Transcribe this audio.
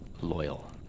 loyal